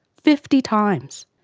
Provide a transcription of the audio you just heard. fifty times!